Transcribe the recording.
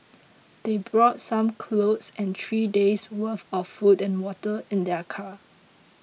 they brought some clothes and three days' worth of food and water in their car